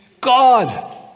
God